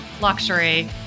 luxury